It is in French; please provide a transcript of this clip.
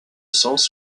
sens